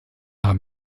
haben